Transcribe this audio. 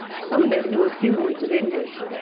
some of them knew a few words of english.